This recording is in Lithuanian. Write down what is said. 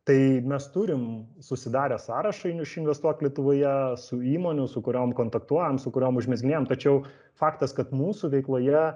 tai mes turim susidarę sąrašą iš investuok lietuvoje su įmonių su kuriom kontaktuojam su kuriom užmezginėjam tačiau faktas kad mūsų veikloje